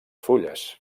fulles